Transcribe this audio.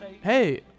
hey